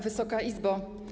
Wysoka Izbo!